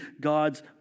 God's